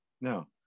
Now